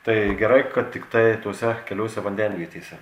taip gerai kad tiktai tose keliose vandenvietėse